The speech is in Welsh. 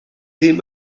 ddim